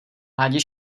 rádi